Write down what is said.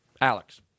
Alex